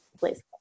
please